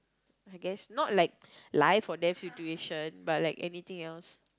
I guess not like life or death situation but like anything else